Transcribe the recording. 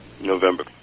November